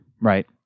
right